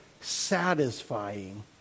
satisfying